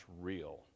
real